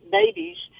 babies